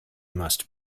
must